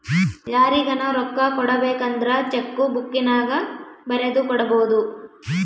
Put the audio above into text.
ಯಾರಿಗನ ರೊಕ್ಕ ಕೊಡಬೇಕಂದ್ರ ಚೆಕ್ಕು ಬುಕ್ಕಿನ್ಯಾಗ ಬರೆದು ಕೊಡಬೊದು